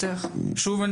אני